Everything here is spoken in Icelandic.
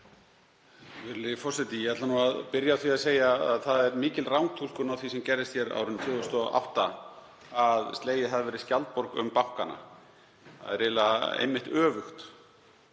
Virðulegi forseti. Ég ætla að byrja á því að segja að það er mikil rangtúlkun á því sem gerðist á árinu 2008 að slegin hafi verið skjaldborg um bankana. Það er eiginlega einmitt öfugt.